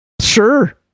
sure